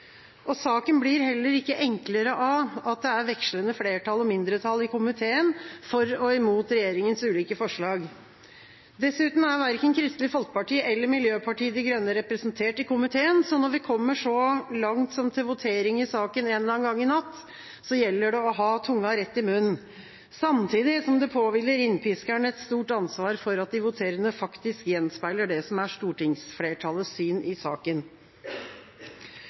fasetter. Saken blir heller ikke enklere av at det er vekslende flertall og mindretall i komiteen for og imot regjeringas ulike lovforslag. Dessuten er verken Kristelig Folkeparti eller Miljøpartiet De Grønne representert i komiteen, så når vi kommer så langt som til votering i saken en eller annen gang i natt, gjelder det å ha tunga rett i munnen, samtidig som det påhviler innpiskerne et stort ansvar for at de voterende faktisk gjenspeiler det som er stortingsflertallets syn i saken.